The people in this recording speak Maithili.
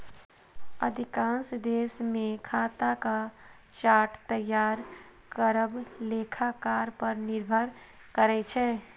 अधिकांश देश मे खाताक चार्ट तैयार करब लेखाकार पर निर्भर करै छै